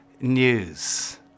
news